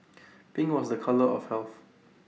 pink was A colour of health